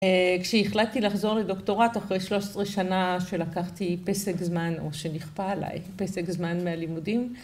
‫כשהחלטתי לחזור לדוקטורט ‫אחרי 13 שנה שלקחתי פסק זמן, ‫או שנכפה עליי פסק זמן מהלימודים.